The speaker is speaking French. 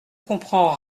comprends